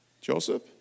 Joseph